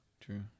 True